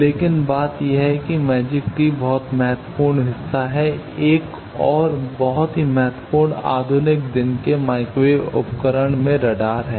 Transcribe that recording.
लेकिन बात यह है कि मैजिक टी बहुत महत्वपूर्ण हिस्सा है एक और बहुत ही महत्वपूर्ण आधुनिक दिन के माइक्रोवेव उपकरण में रडार है